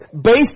based